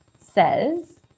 says